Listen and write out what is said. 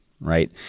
right